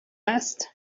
است